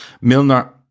Milner